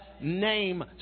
name